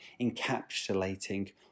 encapsulating